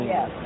Yes